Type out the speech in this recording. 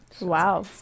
wow